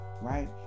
right